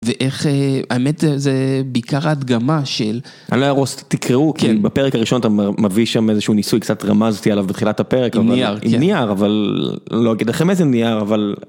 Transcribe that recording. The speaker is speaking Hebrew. ואיך... האמת זה... בעיקר הדגמה של. אני לא אהרוס, שתקראו, בפרק הראשון אתה מביא שם איזשהו ניסוי, קצת רמזתי עליו בתחילת הפרק. עם נייר, כן. עם נייר, אבל, לא אגיד לכם איזה נייר, אבל.